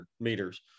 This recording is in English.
meters